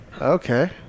Okay